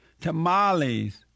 tamales